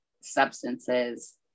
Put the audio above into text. substances